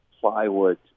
plywood